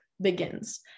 begins